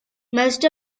most